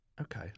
Okay